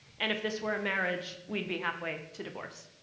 and if this were a marriage, we'd be halfway to divorce.